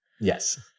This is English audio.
yes